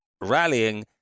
rallying